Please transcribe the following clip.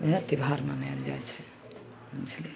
वएह त्योहार मनाएल जाइ छै बुझलिए